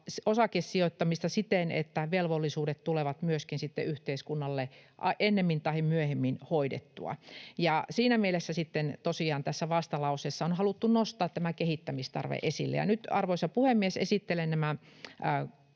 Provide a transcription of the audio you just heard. osakesijoittamista siten, että myöskin velvollisuudet tulevat sitten yhteiskunnalle ennemmin tai myöhemmin hoidettua. Siinä mielessä sitten tosiaan tässä vastalauseessa on haluttu nostaa tämä kehittämistarve esille. Nyt, arvoisa puhemies, esittelen nämä